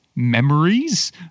memories